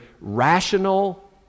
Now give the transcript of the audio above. rational